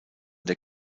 der